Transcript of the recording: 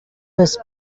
his